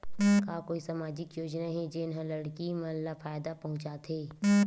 का कोई समाजिक योजना हे, जेन हा लड़की मन ला फायदा पहुंचाथे?